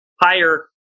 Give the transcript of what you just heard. higher